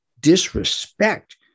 disrespect